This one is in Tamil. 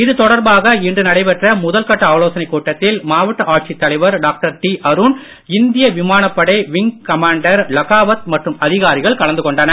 இதுதொடர்பாக இன்று நடைபெற்ற முதல் கட்ட ஆலோசனைக் கூட்டத்தில் மாவட்ட ஆட்சித் தலைவர் டாக்டர் அருண் இந்திய விமானப் படை விங் கமாண்டர் லகாவத் மற்றும் அதிகாரிகள் கலந்து கொண்டனர்